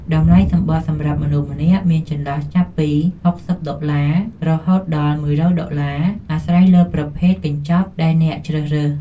តម្លៃសំបុត្រសម្រាប់មនុស្សម្នាក់មានចន្លោះចាប់ពី ៦០ ដុល្លារ រហូតដល់ជាង ១០០ ដុល្លារ អាស្រ័យលើប្រភេទកញ្ចប់ដែលអ្នកជ្រើសរើស។